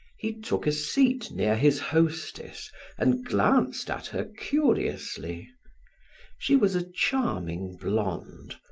he took a seat near his hostess and glanced at her curiously she was a charming blonde,